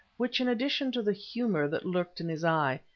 which, in addition to the humour that lurked in his eye,